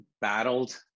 battled